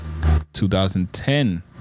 2010